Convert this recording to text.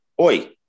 Oi